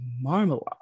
Marmalade